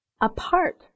apart